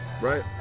Right